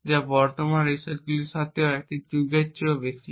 যা বর্তমান রিসেটগুলির সাথেও একটি যুগের চেয়েও বেশি